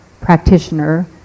practitioner